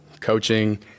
coaching